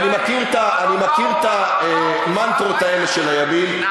אני מכיר את המנטרות האלה של הימין.